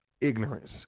ignorance